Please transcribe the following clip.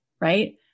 right